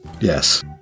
Yes